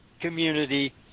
community